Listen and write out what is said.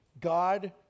God